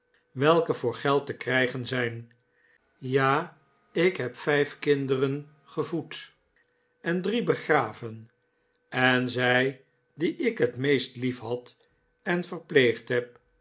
welke voor geld te krijgen zijn ja ik heb vijf kinderen gevoed en drie begraven en zij die ik het meest liefhad en verpleegd heb